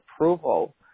approval